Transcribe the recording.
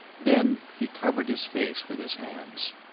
then he covered his face with his hands.